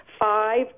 five